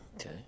okay